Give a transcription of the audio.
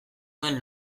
duen